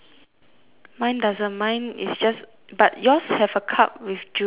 mine doesn't mine is just but yours have a cup with juice and a straw or not